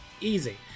easy